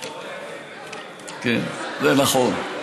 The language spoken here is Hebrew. כן, זה נכון.